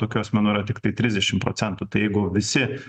tokių asmenų yra tiktai trisdešim procentų tai jeigu visi